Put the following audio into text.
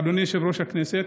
אדוני יושב-ראש הכנסת,